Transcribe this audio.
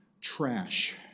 trash